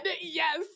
yes